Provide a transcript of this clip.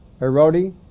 Erodi